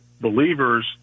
believers